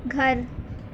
گھر